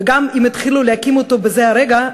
וגם אם יתחילו להקים אותו בזה הרגע,